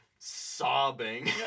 Sobbing